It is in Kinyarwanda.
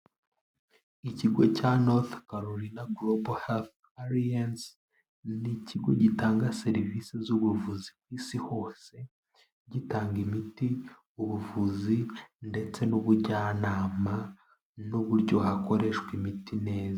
Ikigo cya North Carolina Global Health Alliance ni ikigo gitanga serivisi z'ubuvuzi ku Isi hose, gitanga imiti, ubuvuzi ndetse n'ubujyanama n'uburyo hakoreshwa imiti neza.